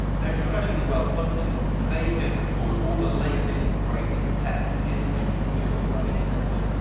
they're incredibly well funded and they can afford all the latest and greatest tech. skin suits, wheels, frames, and everything.